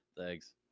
Thanks